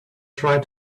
tried